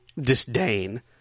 disdain